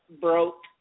broke